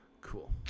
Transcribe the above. cool